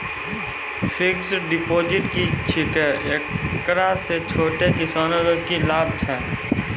Fixed deposit की छिकै, एकरा से छोटो किसानों के की लाभ छै?